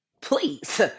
Please